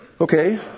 Okay